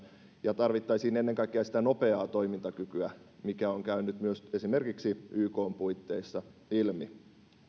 ja tarvittaisiin ennen kaikkea sitä nopeaa toimintakykyä mikä on käynyt esimerkiksi ykn puitteissa ilmi tämä